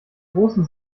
großen